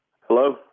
Hello